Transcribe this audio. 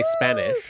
Spanish